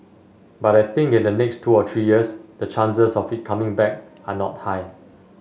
but I think in the next two or three years the chances of it coming back are not high